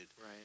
Right